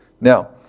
Now